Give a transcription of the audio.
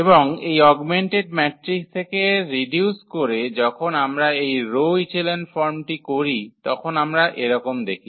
এবং এই augmented matrix থেকে রিডিউস করে যখন আমরা এই রো ইচেলন ফর্মটি করি তখন আমরা এরকম দেখি